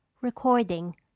Recording